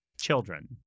children